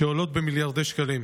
שעולות מיליארדי שקלים.